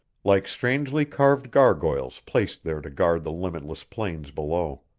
like strangely carved gargoyles placed there to guard the limitless plains below.